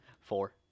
Four